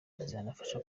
izamufasha